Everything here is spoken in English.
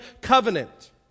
covenant